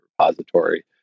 repository